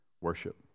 worship